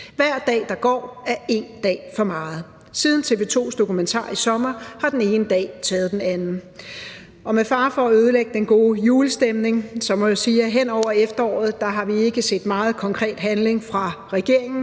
Hver dag, der går, er én dag for meget. Siden TV 2's dokumentar i sommer har den ene dag taget den anden, og med fare for at ødelægge den gode julestemning må jeg sige, at vi hen over efteråret ikke har set meget konkret handling fra regeringens